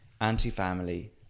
anti-family